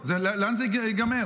היכן זה ייגמר?